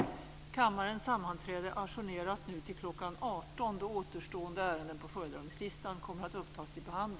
Även där finns det självklart en hel del att göra. Det vill jag också återkomma till.